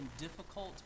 difficult